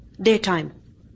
daytime